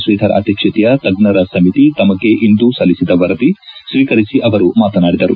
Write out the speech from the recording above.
ಶ್ರೀಧರ್ ಅಧ್ಯಕ್ಷತೆಯ ತಜ್ಞರ ಸಮಿತಿ ತಮಗೆ ಇಂದು ಸಲ್ಲಿಸಿದ ವರದಿ ಸ್ವೀಕರಿಸಿ ಅವರು ಮಾತನಾದಿದರು